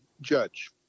judge